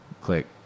click